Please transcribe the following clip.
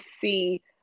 see